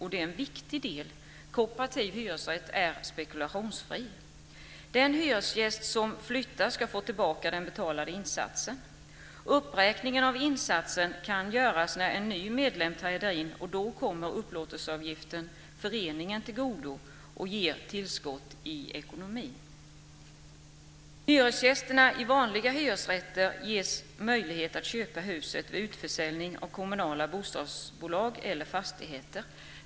Det är en viktig del. Kooperativ hyresrätt är spekulationsfri. Den hyresgäst som flyttar ska få tillbaka den betalade insatsen. Uppräkningen av insatsen kan göras när en ny medlem träder in. Då kommer upplåtelseavgiften föreningen till godo och ger tillskott i ekonomin.